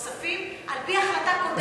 נוספים, על-פי החלטה קודמת.